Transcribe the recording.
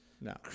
no